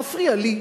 מפריע לי.